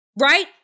right